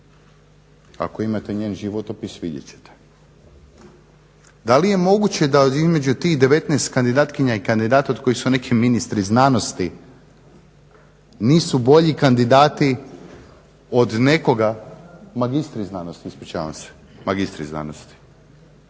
Ako imate njen životopis vidjet ćete. Da li je moguće da između tih 19 kandidatkinja i kandidata od kojih su neki magistri znanosti nisu bolji kandidati za ovo mjesto od gospođe